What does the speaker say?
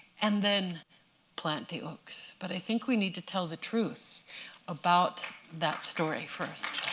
and then plant the oaks. but i think we need to tell the truth about that story first.